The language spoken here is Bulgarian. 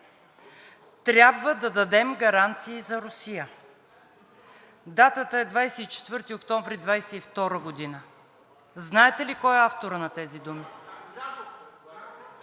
„Трябва да дадем гаранции за Русия.“ Датата е 24 октомври 2022 г. Знаете ли кой е авторът на тези думи?